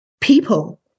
people